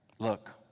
Look